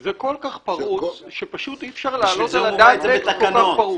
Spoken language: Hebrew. זה כל כך פרוץ שפשוט אי-אפשר להעלות על הדעת שזה כל כך פרוץ.